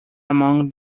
among